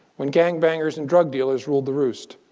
when gangbangers and drug dealers ruled the roost.